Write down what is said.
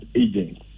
agents